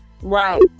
Right